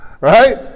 Right